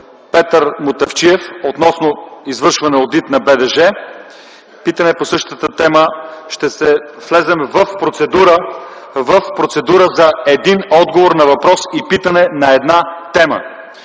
Петър Мутафчиев относно извършване одит на БДЖ, питане по същата тема..., ще влезем в процедура за един отговор на въпрос и питане на една тема.